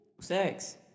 sex